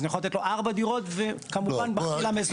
אני יכול לתת לו ארבע דירות ו- -- מזומן.